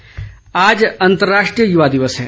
युवा दिवस आज अंतर्राष्ट्रीय युवा दिवस है